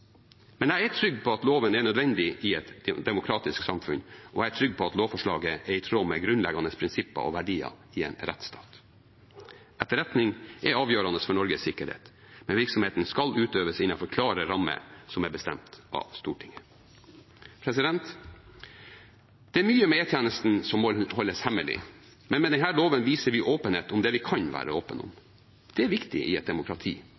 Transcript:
men jeg er trygg på at loven er nødvendig i et demokratisk samfunn, og jeg er trygg på at lovforslaget er i tråd med grunnleggende prinsipper og verdier i en rettsstat. Etterretning er avgjørende for Norges sikkerhet, men virksomheten skal utøves innenfor klare rammer som er bestemt av Stortinget. Det er mye ved E-tjenesten som må holdes hemmelig, men med denne loven viser vi åpenhet om det vi kan være åpne om. Det er viktig i et demokrati.